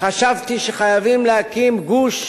חשבתי שחייבים להקים גוש,